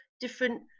different